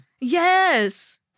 Yes